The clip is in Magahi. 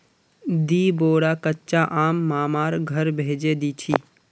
दी बोरा कच्चा आम मामार घर भेजे दीछि